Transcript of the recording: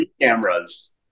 cameras